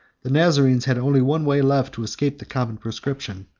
the nazarenes had only one way left to escape the common proscription,